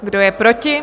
Kdo je proti?